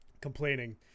Complaining